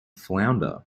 flounder